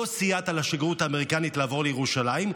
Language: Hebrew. לא סייעת לשגרירות האמריקאית לעבור לירושלים,